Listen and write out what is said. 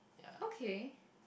okay